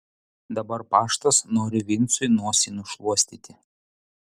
dabar paštas nori vincui nosį nušluostyti